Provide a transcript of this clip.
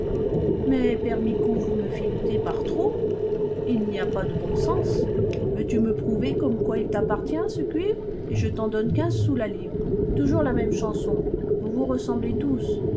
mais père micou vous me filoutez par trop il n'y a pas de bon sens veux-tu me prouver comme quoi il t'appartient ce cuivre et je t'en donne quinze sous la livre toujours la même chanson vous vous ressemblez tous